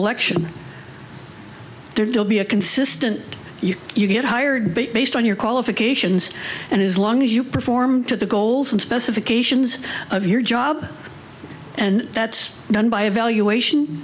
election there deal be a consistent you you get hired based on your qualifications and as long as you perform to the goals and specifications of your job and that's done by evaluation